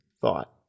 thought